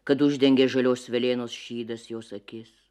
kad uždengė žalios velėnos šydas jos akis